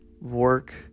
Work